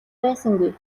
байсангүй